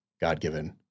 God-given